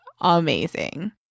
amazing